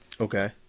Okay